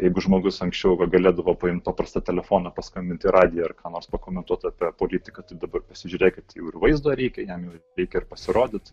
jeigu žmogus anksčiau va galėdavo paimt paprastą telefoną paskambinti radiją ir ką nors pakomentuot apie politiką tai dabar pasižiūrėkit jau ir vaizdo reikia jam reikia ir pasirodyt